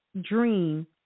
dream